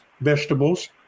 vegetables